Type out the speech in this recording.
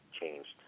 changed